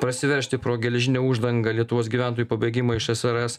prasiveržti pro geležinę uždangą lietuvos gyventojų pabėgimo iš ssrs